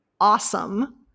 awesome